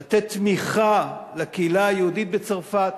לתת תמיכה לקהילה היהודית בצרפת,